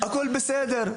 הכול בסדר.